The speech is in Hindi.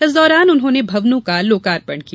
इस दौरान उन्होंने भवनों का लोकार्पण किया